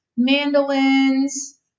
mandolins